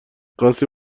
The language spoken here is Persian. قصری